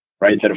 right